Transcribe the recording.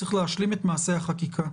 צריך להשלים את מעשה החקיקה.